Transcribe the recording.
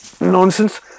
nonsense